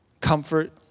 comfort